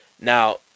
Now